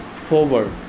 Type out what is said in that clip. forward